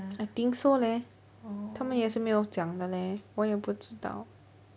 I think so leh 他们也是没有讲的 leh 我也不知道